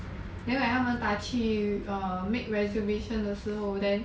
then like 他们打去 err make reservation 的时候 then